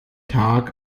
tag